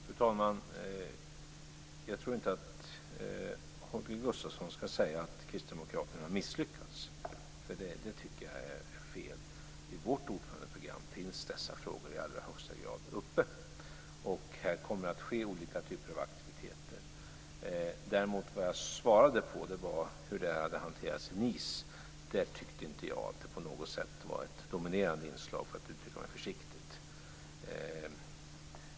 Fru talman! Jag tror inte att Holger Gustafsson ska säga att kristdemokraterna har misslyckats. Det tycker jag är fel. I vårt ordförandeprogram finns dessa frågor i allra högsta grad med. Det kommer att ske olika typer av aktiviteter. Vad jag däremot svarade på gällde hur detta hade hanterats i Nice. Och där tyckte jag inte att det på något sätt var ett dominerande inslag, för att uttrycka mig försiktigt.